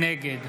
נגד